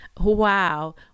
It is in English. Wow